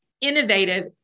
innovative